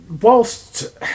whilst